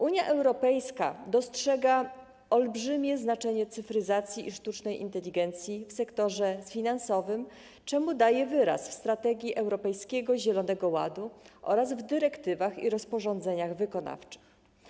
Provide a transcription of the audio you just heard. Unia Europejska dostrzega olbrzymie znaczenie cyfryzacji i sztucznej inteligencji w sektorze finansowym, czemu daje wyraz w strategii Europejskiego Zielonego Ładu oraz w dyrektywach i rozporządzeniach wykonawczych.